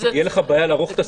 תהיה לך בעיה לערוך את הסרטון.